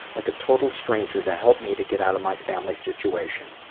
like a total stranger, to help me to get out of my family situation.